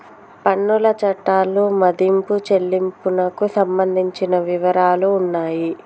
పన్నుల చట్టాలు మదింపు చెల్లింపునకు సంబంధించిన వివరాలు ఉన్నాయి